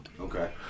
Okay